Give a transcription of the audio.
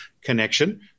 connection